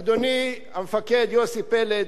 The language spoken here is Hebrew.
אדוני המפקד, יוסי פלד,